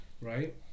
Right